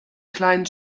kleinen